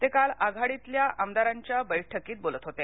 ते काल आघाडीतल्या आमदारांच्या बैठकीत बोलत होते